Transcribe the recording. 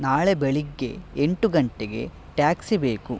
ನಾಳೆ ಬೆಳಗ್ಗೆ ಎಂಟು ಗಂಟೆಗೆ ಟ್ಯಾಕ್ಸಿ ಬೇಕು